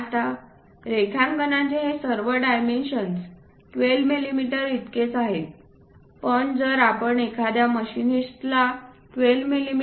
आता रेखांकनाचे हे सर्व डायमेन्शन्स 12 मिमी इतकेच आहेत पण जर आपण एखाद्या मशिनिस्ट ला 12मि